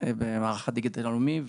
במערך הדיגיטל הלאומי.